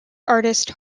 artist